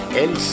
el